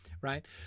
right